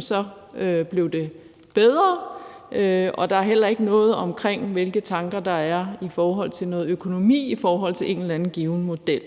så blev det bedre. Der er heller ikke noget om, hvilke tanker der er om noget økonomi i forhold til en eller anden given model.